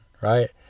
right